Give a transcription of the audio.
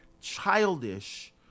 childish